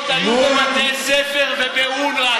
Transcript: מרגמות היו בבתי-ספר ובאונר"א,